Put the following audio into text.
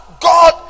God